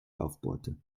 aufbohrte